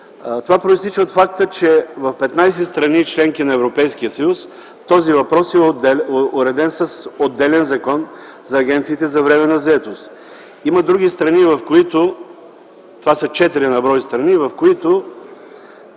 Това произтича от факта, че в 15 страни – членки на Европейския съюз този въпрос е уреден с отделен Закон за агенциите за временна заетост. Има други страни – това са 4 на брой страни, в които